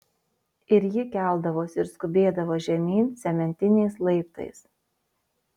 ir ji keldavosi ir skubėdavo žemyn cementiniais laiptais